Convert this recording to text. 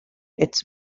its